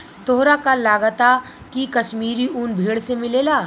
तोहरा का लागऽता की काश्मीरी उन भेड़ से मिलेला